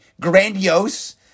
grandiose